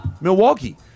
Milwaukee